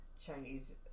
Chinese